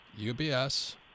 UBS